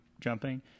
jumping